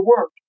work